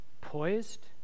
poised